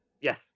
Yes